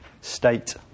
state